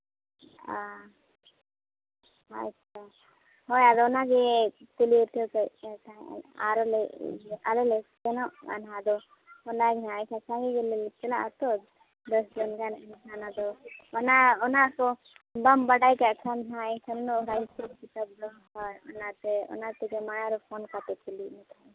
ᱚ ᱟᱪᱪᱷᱟ ᱦᱳᱭ ᱟᱫᱚ ᱚᱱᱟᱜᱮ ᱟᱞᱮ ᱞᱮ ᱥᱮᱱᱚᱜᱼᱟ ᱟᱫᱚ ᱚᱱᱟ ᱜᱮᱦᱟᱸᱜ ᱪᱟᱞᱟᱜ ᱟᱛᱚ ᱫᱚᱥ ᱡᱚᱱ ᱚᱱᱟ ᱫᱚ ᱚᱱᱟ ᱚᱱᱟ ᱠᱚ ᱵᱟᱢ ᱵᱟᱲᱟᱭ ᱠᱟᱜ ᱠᱷᱟᱱ ᱦᱟᱸᱜ ᱮᱱᱠᱷᱟᱱ ᱫᱚ ᱦᱤᱥᱟᱹᱵᱽ ᱠᱤᱛᱟᱹᱵᱽ ᱫᱚ ᱚᱱᱟᱛᱮ ᱯᱷᱳᱱ ᱠᱟᱛᱮᱫ ᱠᱩᱞᱤᱭᱮᱫ ᱢᱮ ᱛᱟᱦᱮᱱ